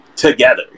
together